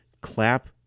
clap